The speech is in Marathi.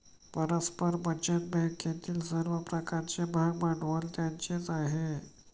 परस्पर बचत बँकेतील सर्व प्रकारचे भागभांडवल त्यांचेच आहे